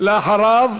אחריו,